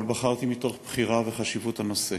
אבל בחרתי בחירה מתוך